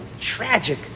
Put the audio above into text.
Tragic